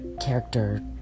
character